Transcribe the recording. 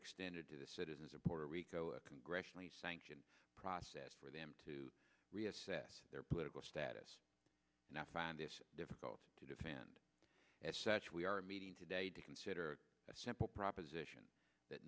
extended to the citizens of puerto rico a congressionally sanctioned process for them to reassess their political status and i find it difficult to defend we are meeting today to consider a simple proposition that